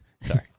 Sorry